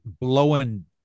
blowing